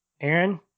Aaron